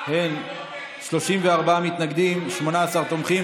34 מתנגדים, 18 תומכים.